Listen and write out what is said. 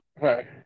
Right